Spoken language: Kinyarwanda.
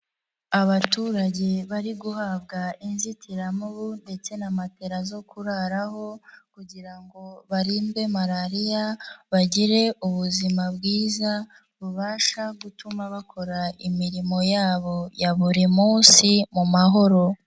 Abaturage bari guhabwa inzitiramubu ndetse na matela zo kuraraho kugira ngo barinde Malariya, bagire ubuzima bwiza, bubasha gutuma bakora imirimo yabo ya buri munsi mu mahoro.